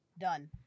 Done